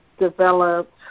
developed